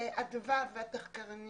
של פסק הדין